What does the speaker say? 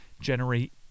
generate